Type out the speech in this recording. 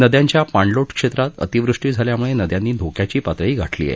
नद्यांच्या पाणलोट क्षेत्रात अतिवृष्टी झाल्यामुळे नद्यांनी धोक्याची पातळी गाठली आहे